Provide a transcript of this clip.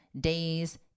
days